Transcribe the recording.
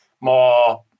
more